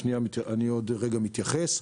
אז מתי ימכרו?